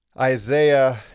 Isaiah